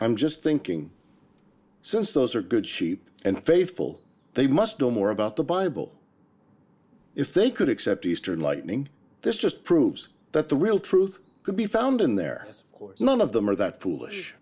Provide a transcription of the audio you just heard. i'm just thinking since those are good sheep and faithful they must know more about the bible if they could except eastern lightning this just proves that the real truth could be found in their course none of them are that foolish